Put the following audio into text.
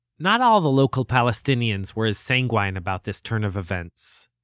not all the local palestinians were as sanguine about this turn of events.